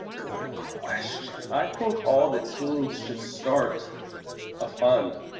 good question. i think all the teams should start a fund,